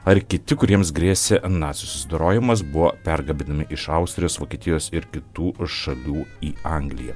ar kiti kuriems grėsė načių susidorojimas buvo pergabenami iš austrijos vokietijos ir kitų šalių į angliją